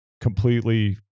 completely